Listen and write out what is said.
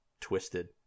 twisted